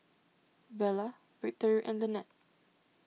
Vela Victory and Lynnette